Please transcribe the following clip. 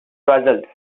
puzzled